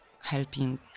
helping